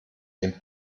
den